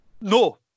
No